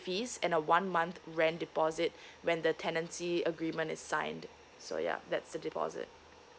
fees and a one month rent deposit when the tenancy agreement is signed so yup that's the deposit